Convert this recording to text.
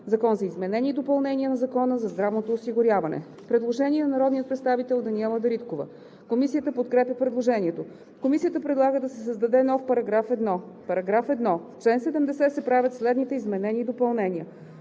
„Закон за изменение и допълнение на Закона за здравното осигуряване“. Предложение на народния представител Даниела Дариткова. Комисията подкрепя предложението. Комисията предлага да се създаде нов § 1: „§ 1. В чл. 70 се правят следните изменения и допълнения: